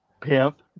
pimp